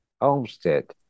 homestead